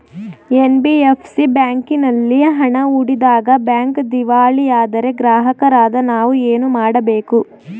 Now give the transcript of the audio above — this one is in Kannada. ಎನ್.ಬಿ.ಎಫ್.ಸಿ ಬ್ಯಾಂಕಿನಲ್ಲಿ ಹಣ ಹೂಡಿದಾಗ ಬ್ಯಾಂಕ್ ದಿವಾಳಿಯಾದರೆ ಗ್ರಾಹಕರಾದ ನಾವು ಏನು ಮಾಡಬೇಕು?